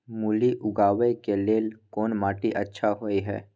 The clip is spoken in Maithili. मूली उगाबै के लेल कोन माटी अच्छा होय है?